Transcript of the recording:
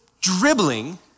dribbling